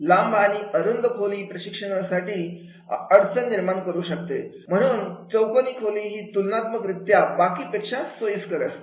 लांब आणि अरुंद खोली प्रशिक्षणार्थींना पाहण्यासाठी अडचण निर्माण करते म्हणून चौकोनी खोली ही तुलनात्मक रित्या बाकी पेक्षा सोयीस्कर असते